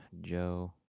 joe